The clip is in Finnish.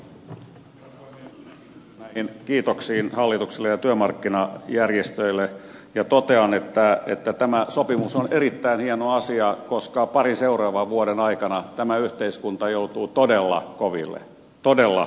minäkin yhdyn näihin kiitoksiin hallitukselle ja työmarkkinajärjestöille ja totean että tämä sopimus on erittäin hieno asia koska parin seuraavan vuoden aikana tämä yhteiskunta joutuu todella koville todella koville